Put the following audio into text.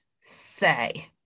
say